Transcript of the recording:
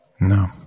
No